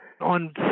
on